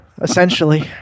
essentially